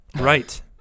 right